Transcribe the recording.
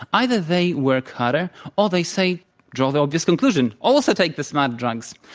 either they work harder or they say draw the obvious conclusion ah lso take the smart drugs.